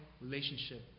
relationship